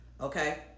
Okay